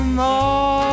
more